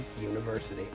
University